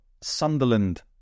Sunderland